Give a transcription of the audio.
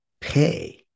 pay